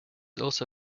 also